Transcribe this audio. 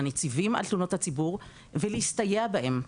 לנציבים על תלונות הציבור ולהסתייע בהם.